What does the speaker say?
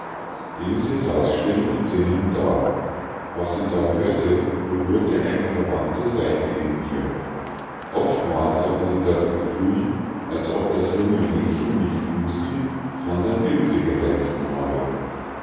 ilse saß still und sinnend da was sie da hörte berührte eine verwandte saite in ihr oftmals hatte sie das gefühl als ob das junge mädchen nicht lucie sondern ilse geheißen habe